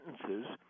sentences